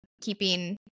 keeping